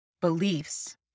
beliefs